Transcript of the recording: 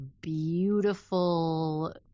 beautiful